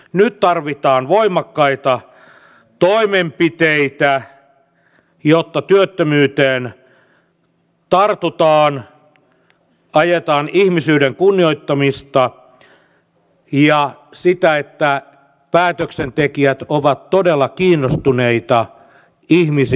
nyt tarvitaan voimakkaita toimenpiteitä jotta työttömyyteen tartutaan ajetaan ihmisyyden kunnioittamista ja sitä että päätöksentekijät ovat todella kiinnostuneita ihmisistä